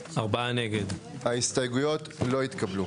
הצבעה בעד 3 נגד 4 ההסתייגויות לא התקבלו.